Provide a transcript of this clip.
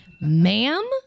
ma'am